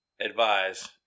advise